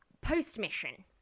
Post-mission